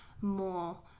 more